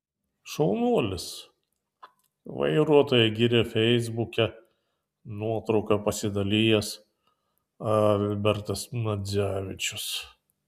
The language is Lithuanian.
šaunuolis vairuotoją gyrė feisbuke nuotrauka pasidalijęs albertas medzevičius